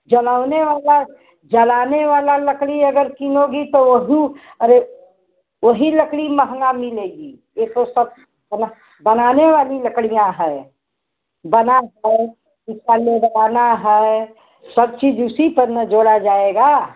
जलवने वाला जलाने वाला लकड़ी अगर किनोगी तो ओही ऊ अरे वही लकड़ी महंगा मिलेगी यह तो सब मतलब बनाने वाली लकड़ियाँ हैं बनाकर शीशा लेड लगाना है सब चीज़ उसी पर न जोड़ा जाएगा